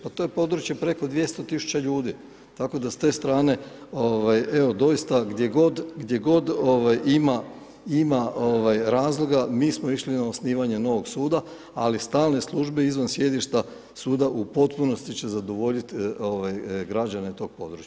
Pa to je područje preko 200 tisuća ljudi, tako da s te strane evo, doista gdje god ima razloga, mi smo išli na osnivanje novog suda, ali stalne službe izvan sjedišta suda u potpunosti će zadovoljiti građane tog područja.